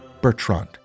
Bertrand